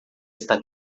está